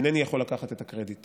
אינני יכול לקחת את הקרדיט.